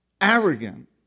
arrogant